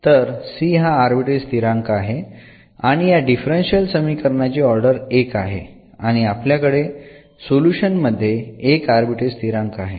तर c हा arbitrary स्थिरांक आहे आणि या डिफरन्शियल समीकरणाची ऑर्डर १ आहे आणि आपल्याकडे सोल्युशन मध्ये १ आर्बिट्ररी स्थिरांक आहे